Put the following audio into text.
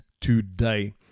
today